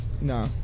No